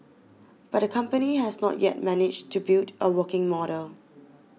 but the company has not yet managed to build a working model